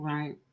Right